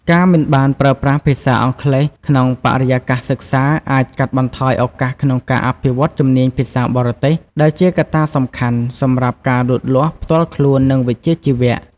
ការមិនបានប្រើប្រាស់ភាសាអង់គ្លេសក្នុងបរិយាកាសសិក្សាអាចកាត់បន្ថយឱកាសក្នុងការអភិវឌ្ឍជំនាញភាសាបរទេស ដែលជាកត្តាសំខាន់សម្រាប់ការលូតលាស់ផ្ទាល់ខ្លួន និងវិជ្ជាជីវៈ។